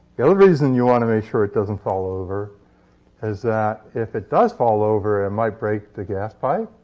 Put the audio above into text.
the other reason you want to make sure it doesn't fall over is that, if it does fall over, it and might break the gas pipe.